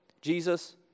Jesus